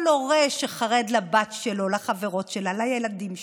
כל הורה שחרד לבת שלו, לחברות שלה, לילדים שלו,